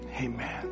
Amen